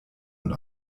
und